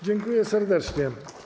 Dziękuję serdecznie.